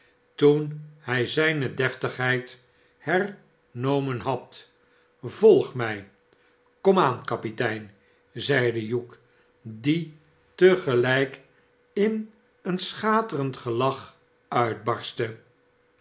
toen hij zijn deftigheid hernomen had volgt mij skom aan kapitein zeide hugh die te gelijk in een schaterend gelach uitbarstte